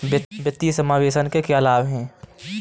वित्तीय समावेशन के क्या लाभ हैं?